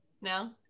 no